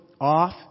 off